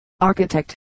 Architect